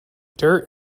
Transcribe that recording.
dirt